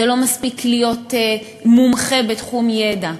לא מספיק להיות מומחה בתחום ידע,